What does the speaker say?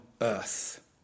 earth